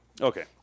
Okay